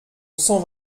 cent